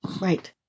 Right